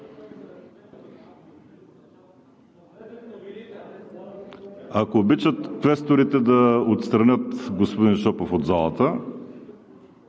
Ако обичат квесторите да отстранят господин Шопов от залата.